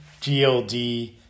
GLD